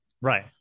Right